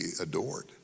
adored